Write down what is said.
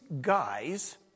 guys